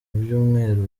byumweru